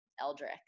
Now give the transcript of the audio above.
Eldrick